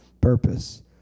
purpose